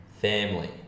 family